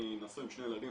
'כן קיבלנו תשובות'.